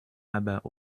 aber